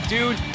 Dude